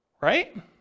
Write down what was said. right